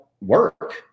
work